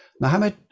mohammed